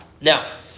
Now